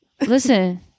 Listen